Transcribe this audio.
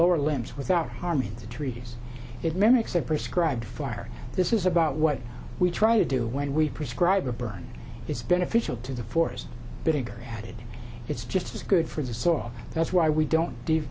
lower limbs without harming the trees it mimics a prescribed fire this is about what we try to do when we prescribe or burn it's beneficial to the forest whitaker had it's just as good for the saw that's why we don't